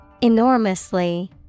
Enormously